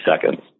seconds